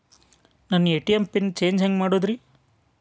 ನನ್ನ ATM pin change ಹೆಂಗ್ ಮಾಡೋದ್ರಿ?